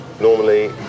normally